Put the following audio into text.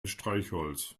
streichholz